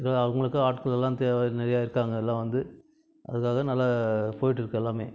இதில் அவங்களுக்கும் ஆட்கள் எல்லாம் தேவை நிறையா இருக்காங்க எல்லாம் வந்து அதுக்காக நல்லா போயிட்டு இருக்குது எல்லாமே